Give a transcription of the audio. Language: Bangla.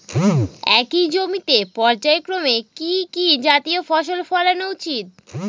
একই জমিতে পর্যায়ক্রমে কি কি জাতীয় ফসল ফলানো উচিৎ?